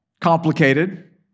complicated